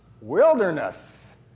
wilderness